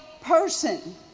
person